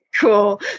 cool